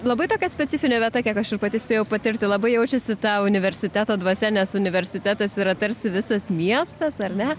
labai tokia specifinė vieta kiek aš ir pati spėjau patirti labai jaučiasi ta universiteto dvasia nes universitetas yra tarsi visas miestas ar ne